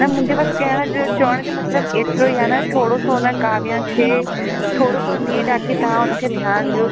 न मुंहिंजो बसि कहण जो चवण जो मतिलबु एतिरो आहे न थोरो सो न काव्यांश खे थोरो सो नीड आहे की तव्हां हुनखे ध्यानु ॾियो